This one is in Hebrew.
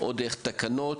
או באמצעות תקנות,